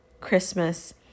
christmas